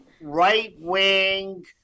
Right-wing